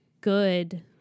good